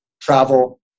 travel